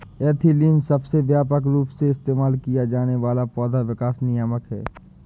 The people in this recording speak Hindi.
एथिलीन सबसे व्यापक रूप से इस्तेमाल किया जाने वाला पौधा विकास नियामक है